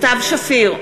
סתיו שפיר,